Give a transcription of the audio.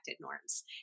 norms